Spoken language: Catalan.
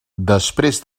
després